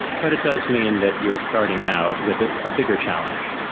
but it does mean that you are starting out with a ah bigger challenge.